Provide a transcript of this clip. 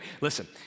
Listen